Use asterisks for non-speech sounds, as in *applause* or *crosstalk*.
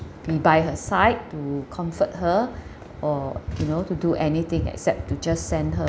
be by her side to comfort her *breath* or you know to do anything except to just send her